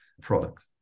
product